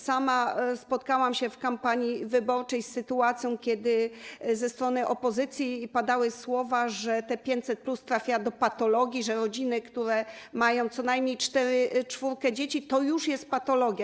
Spotkałam się w kampanii wyborczej z sytuacją, kiedy ze strony opozycji padały słowa, że 500+ trafia do patologii, że rodziny, które mają co najmniej czwórkę dzieci, to już jest patologia.